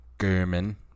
German